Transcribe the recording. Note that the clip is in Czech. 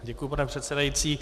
Děkuji, pane předsedající.